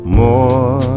more